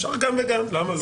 אפשר גם וגם, למה לא?